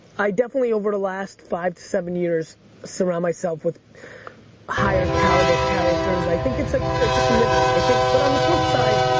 i definitely over the last five to seven years surround myself with higher caliber characters. i think it's ah a commitment, i think, but on the flip-side,